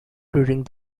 during